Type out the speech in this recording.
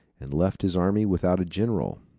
and left his army without a general.